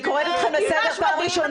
אני קוראת אתכם לסדר פעם ראשונה.